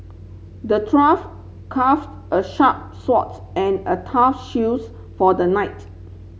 the dwarf carved a sharp swords and a tough shields for the knight